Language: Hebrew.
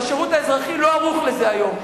והשירות האזרחי לא ערוך לזה היום.